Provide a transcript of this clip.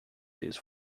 this